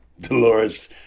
Dolores